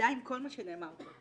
מזדהה עם כל מה שנאמר פה.